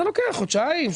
זה לוקח חודשיים,